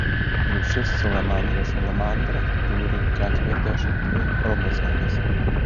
rūšis salamandra salamandra turi keturiasdešimt dvi chromosomas